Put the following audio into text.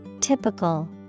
typical